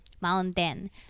mountain